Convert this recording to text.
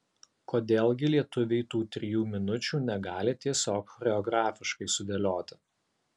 kodėl gi lietuviai tų trijų minučių negali tiesiog choreografiškai sudėlioti